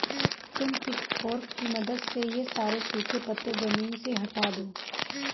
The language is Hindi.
तुम पिचफोर्क की मदद से ये सारे सूखे पत्ते ज़मीन से हटा दो